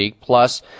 plus